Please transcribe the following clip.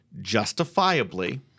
justifiably